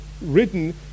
written